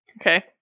Okay